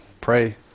Pray